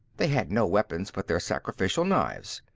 they had no weapons but their sacrificial knives.